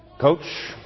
Coach